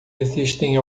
existem